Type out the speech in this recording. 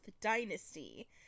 dynasty